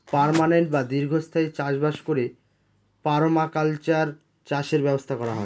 permanent বা দীর্ঘস্থায়ী চাষ বাস করে পারমাকালচার চাষের ব্যবস্থা করা হয়